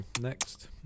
next